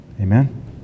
Amen